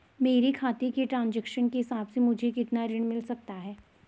मेरे खाते के ट्रान्ज़ैक्शन के हिसाब से मुझे कितना ऋण मिल सकता है?